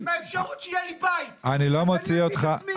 אני לא מוציא אותך.